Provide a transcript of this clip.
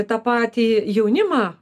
tą patį jaunimą